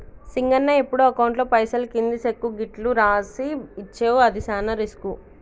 సింగన్న ఎప్పుడు అకౌంట్లో పైసలు కింది సెక్కు గిట్లు రాసి ఇచ్చేవు అది సాన రిస్కు